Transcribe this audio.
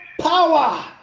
power